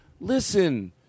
Listen